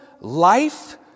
life